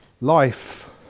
Life